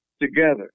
Together